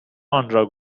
آنرا